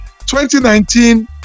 2019